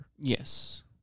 Yes